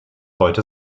heute